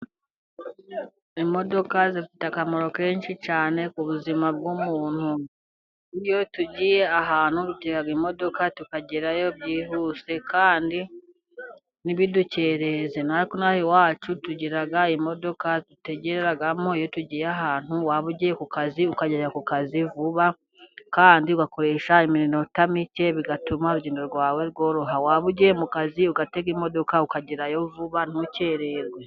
Imodoka zifite akamaro kenshi cyane ku buzima bw'umuntu. Iyo tugiye ahantu dutega imodoka tukagerayo byihuse kandi ntibidukereze. Natwe inaha iwacu tugira imodoka dutegeramo iyo tugiye ahantu waba ugiye ku kazi ukajya ku kazi vuba kandi ugakoresha iminota mike bigatuma urugendo rwawe rworoha waba ujya mu kazi ugatega imodoka ukagerayo vuba ntukererwe.